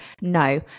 No